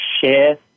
share